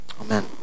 Amen